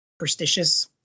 superstitious